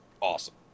awesome